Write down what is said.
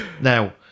Now